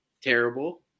terrible